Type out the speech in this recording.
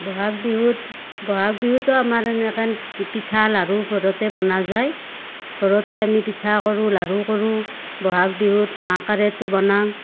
বহাগ বিহুত বহাগ বিহুতো আমাৰ এনেকে পিঠা লাড়ু ঘৰতে বনা যায় ঘৰতে আমি পিঠা কৰোঁ লাড়ু কৰোঁ বহাগ বিহুত মাহ কাৰাইটো বনাওঁ